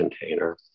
container